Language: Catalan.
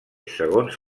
segons